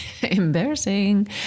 Embarrassing